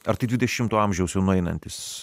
ar tai dvidešimto amžiaus jau nueinantis